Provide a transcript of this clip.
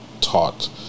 taught